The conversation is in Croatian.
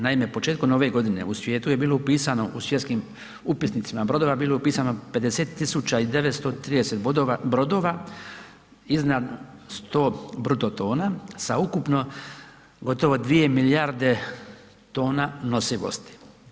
Naime početkom ove godine u svijetu je bilo upisano u svjetskim upisnicima brodova bilo je upisano 50 tisuća i 930 brodova iznad 100 brutotona sa ukupno gotovo 2 milijarde tona nosivosti.